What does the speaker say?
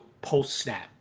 post-snap